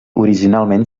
originalment